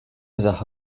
sache